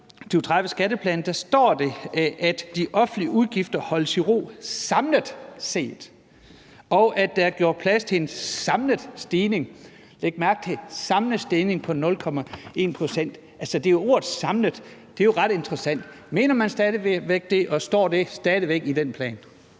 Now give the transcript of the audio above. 2030-skatteplan står der, at de offentlige udgifter holdes i ro samlet set, og at der er gjort plads til en samlet stigning – læg mærke til samlet stigning – på 0,1 pct.? Det er ordet samlet, der er ret interessant. Mener man stadig væk det, og står det stadig væk i den plan?